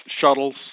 shuttles